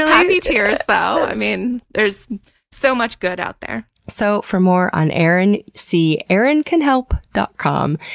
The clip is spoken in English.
yeah happy tears, though. i mean, there's so much good out there. so for more on erin, see erincanhelp dot com.